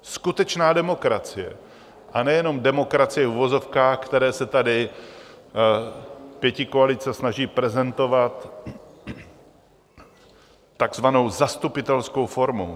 Skutečná demokracie a nejenom demokracie v uvozovkách, kterou se tady pětikoalice snaží prezentovat, takzvanou zastupitelskou formou.